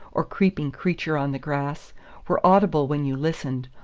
or creeping creature on the grass were audible when you listened,